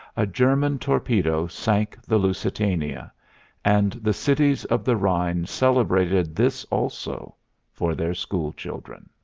a german torpedo sank the lusitania and the cities of the rhine celebrated this also for their school children.